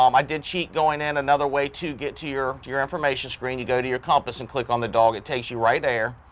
um i did cheat going in another way to get to your to your information screen you go to your compass and click on the dog. it takes you right there.